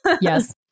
Yes